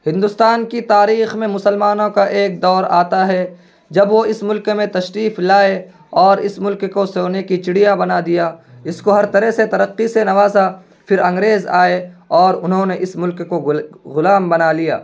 ہندوستان کی تاریخ میں مسلمانوں کا ایک دور آتا ہے جب وہ اس ملک میں تشریف لائے اور اس ملک کو سونے کی چڑیا بنا دیا اس کو ہر طرح سے ترقی سے نوازا پھر انگریز آئے اور انہوں نے اس ملک کو غلام بنا لیا